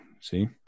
See